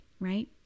Right